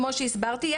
כמו שהסברתי,